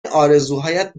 آرزوهایت